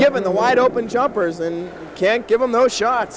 given the wide open jumpers and can't give them no shot